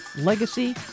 legacy